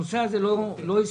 הנושא הזה לא הסתדר